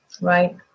Right